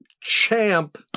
Champ